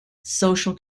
social